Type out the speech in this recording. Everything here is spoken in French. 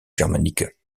germanique